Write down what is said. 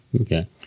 Okay